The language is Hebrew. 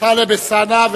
טלב אלסאנע,